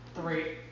Three